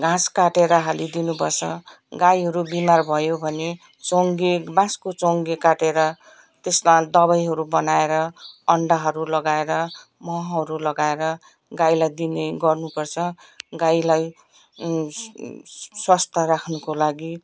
घाँस काटेर हाली दिनु पर्छ गाईहरू बिमार भयो भने चङ्गे बाँसको चङ्गे काटेर त्यसमा दबाईहरू बनाएर अन्डाहरू लगाएर महहरू लगाएर गाईलाई दिने गर्नु पर्छ गाईलाई स्वास्थ्य राख्नुको लागि